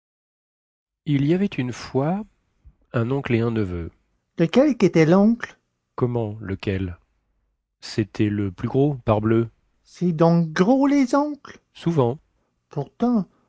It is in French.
il y avait une fois un oncle et un neveu lequel quétait loncle comment lequel cétait le plus gros parbleu cest donc gros les oncles souvent pourtant